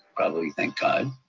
probably, thank god.